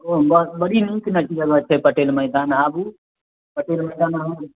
ओ बड़ी नीक जगह छै पटेल मैदान आबु पटेल मैदान आबु